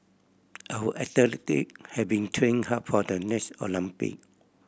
our athlete have been training hard for the next Olympic